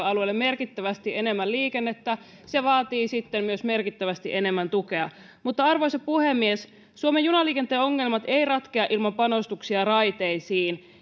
alueille halutaan merkittävästi enemmän liikennettä se vaatii sitten myös merkittävästi enemmän tukea mutta arvoisa puhemies suomen junaliikenteen ongelmat eivät ratkea ilman panostuksia raiteisiin